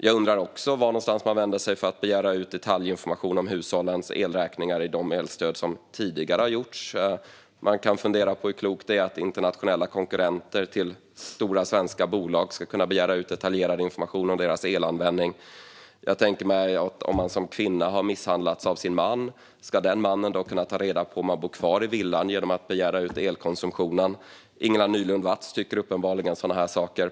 Jag undrar också vart man vänder sig för att begära ut detaljinformation om hushållens elräkningar i de fall tidigare elstöd har betalats ut. Man kan fundera på hur klokt det är att internationella konkurrenter till stora svenska bolag ska kunna begära ut detaljerad information om deras elanvändning. Jag tänker också på om man som kvinna har misshandlats av sin man - ska den mannen då kunna ta reda på om man bor kvar i villan genom att begära ut elkonsumtionen? Ingela Nylund Watz tycker uppenbarligen sådana här saker.